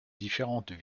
différentes